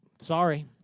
sorry